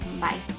Bye